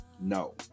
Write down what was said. No